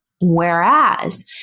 Whereas